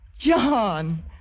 John